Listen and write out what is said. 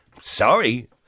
sorry